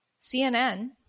CNN